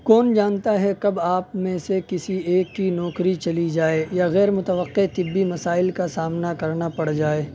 کون جانتا ہے کب آپ میں سے کسی ایک کی نوکری چلی جائے یا غیرمتوقع طبی مسائل کا سامنا کرنا پڑ جائے